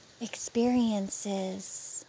experiences